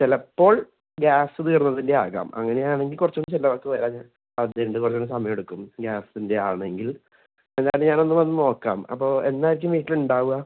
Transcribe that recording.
ചിലപ്പോൾ ഗ്യാസ്സ് തീർന്നതിൻ്റെയാകാം അങ്ങനെയാണെങ്കിൽ കുറച്ചൂടി ചിലവാക്ക് വരാം ഞാൻ അതിന്റെ പോലുള്ള സമയെടുക്കും ഗ്യാസിൻ്റെ ആണെങ്കിൽ എന്തായാലും ഞാനൊന്ന് വന്ന് നോക്കാം അപ്പോൾ എന്നായിരിക്കും വീട്ടിലുണ്ടാവുക